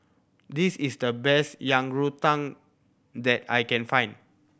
this is the best Yang Rou Tang that I can find